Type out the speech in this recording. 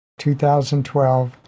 2012